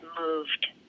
moved